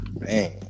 Man